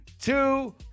two